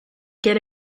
get